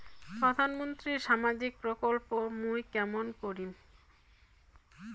প্রধান মন্ত্রীর সামাজিক প্রকল্প মুই কেমন করিম?